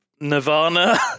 nirvana